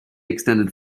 extended